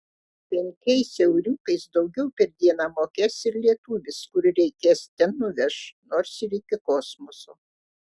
penkiais euriukais daugiau per dieną mokės ir lietuvis kur reikės ten nuveš nors ir iki kosmoso